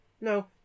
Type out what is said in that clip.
no